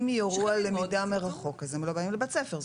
אם יורו על למידה מרחוק אז הם לא באים לבית הספר,